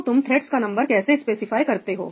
तो तुम थ्रेडस का नंबर कैसे स्पेसिफाई करते हो